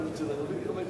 בבקשה, גברתי.